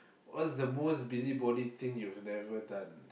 what's the most busybody thing you've never done